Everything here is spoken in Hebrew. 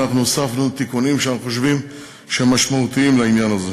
ואנחנו הוספנו תיקונים שאנחנו חושבים שהם משמעותיים לעניין הזה.